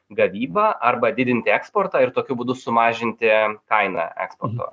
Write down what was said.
gavybą arba didinti eksportą ir tokiu būdu sumažinti kainą eksporto